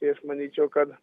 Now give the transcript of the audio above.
ir aš manyčiau kad